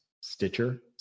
Stitcher